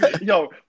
Yo